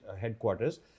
headquarters